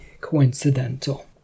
coincidental